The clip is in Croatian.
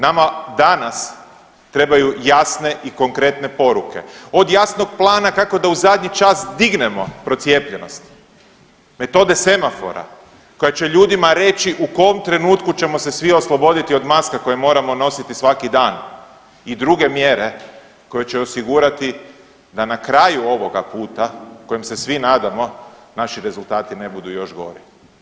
Nama danas trebaju jasne i konkretne poruke, od jasnog plana kako da u zadnji čas dignemo procijepljenost, metode semafora koja će ljudima reći u kom trenutku ćemo se svi osloboditi od maska koje moramo nositi svaki dan i druge mjere koje će osigurati da na kraju ovoga puta kojem se svi nadamo naši rezultati ne budu još gori.